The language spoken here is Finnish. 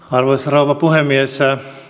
arvoisa rouva puhemies